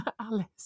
Alice